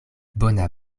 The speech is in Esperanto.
bona